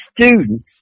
students